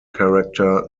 character